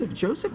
Joseph